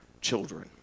children